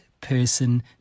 person